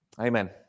Amen